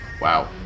Wow